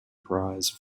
prize